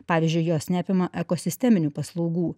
pavyzdžiui jos neapima ekosisteminių paslaugų